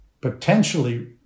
potentially